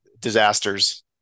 disasters